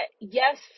yes